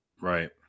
Right